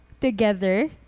together